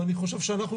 אני חושב שאנחנו,